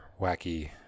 wacky